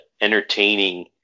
entertaining